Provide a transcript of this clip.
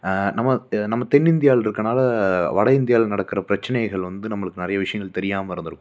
நம்ம இதை நம்ம தென்னிந்தியாவில் இருக்கிறனால வட இந்தியாவில நடக்கிற பிரச்சனைகள் வந்து நம்மளுக்கு நிறைய விஷயங்கள் தெரியாமல் இருந்திருக்கும்